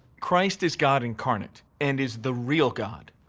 christ is god incarnate and is the real god.